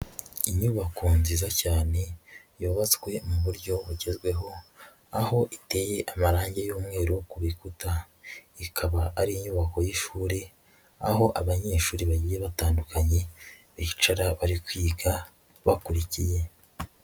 Inyubako nziza cyane yubatswe mu buryo bugezweho, aho iteye amarangi y'umweru ku bikuta. Ikaba ari inyubako y'ishuri aho abanyeshuri bagiye batandukanye bicara bari kwiga bakurikiye.